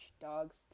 Dogs